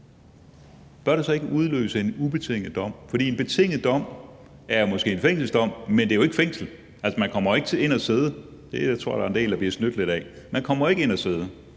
bør det så ikke udløse en ubetinget dom? For en betinget dom er måske en fængselsdom, men det betyder jo ikke fængsel, altså, man kommer jo ikke ind at sidde. Det tror jeg der er en del der bliver snydt lidt af. Man kommer jo ikke ind at sidde.